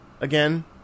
again